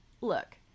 look